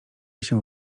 się